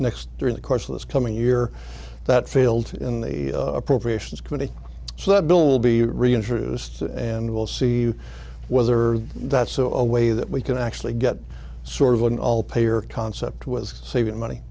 next during the course of this coming year that failed in the appropriations committee so the bill will be reintroduced and we'll see whether that's so a way that we can actually get sort of an all payer concept was saving money